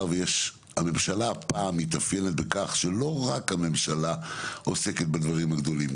הממשלה הפעם מתאפיינת בכך שלא רק הממשלה עוסקת בדברים הגדולים.